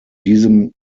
diesem